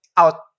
out